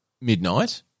midnight